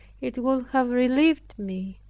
it would have relieved me.